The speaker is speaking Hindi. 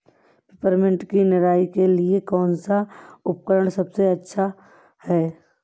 पिपरमिंट की निराई के लिए कौन सा उपकरण सबसे अच्छा है?